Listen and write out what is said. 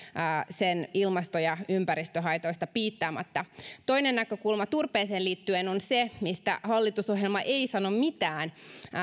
sen ilmasto ja ympäristöhaitoista piittaamatta toinen näkökulma turpeeseen liittyen on se mistä hallitusohjelma ei sano mitään